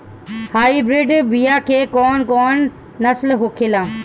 Hybrid बीया के कौन कौन नस्ल होखेला?